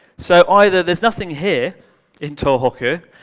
so, either there's nothing here in tohoku,